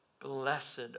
blessed